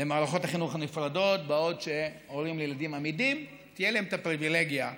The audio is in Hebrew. למערכות החינוך הנפרדות בעוד להורים אמידים תהיה הפריבילגיה להשאיר,